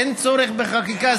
אין צורך בחקיקה.